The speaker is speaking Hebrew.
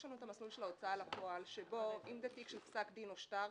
יש לנו את המסלול של ההוצאה לפועל שבו אם זה תיק של פסק דין או שטר,